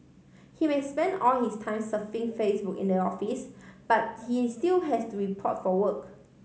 he may spend all his time surfing Facebook in the office but he is still has to report for work